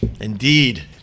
Indeed